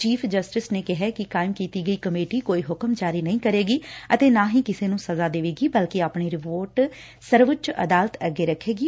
chief justice ਨੇ ਕਿਹੈ ਕਿ ਕਾਇਮ ਕੀਤੀ ਗਈ ਕਮੇਟੀ ਕੋਈ ਹੁਕਮ ਜਾਰੀ ਨਹੀ ਕਰੇਗੀ ਅਤੇ ਨਾ ਹੀ ਕਿਸੇ ਨੂੰ ਸਜ਼ਾ ਦੇਵੇਗੀ ਬਲਕਿ ਆਪਣੀ ਰਿਪੋਰਟ ਸਰਵਉੱਚ ਅਦਾਲਤ ਅੱਗੇ ਰੱਖੇਗੀ